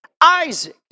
Isaac